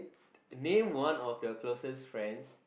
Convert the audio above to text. name one of your closest friends